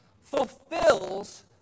fulfills